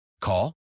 Call